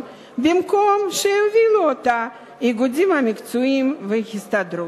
במקום שיובילו אותה האיגודים המקצועיים וההסתדרות.